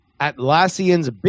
Atlassian's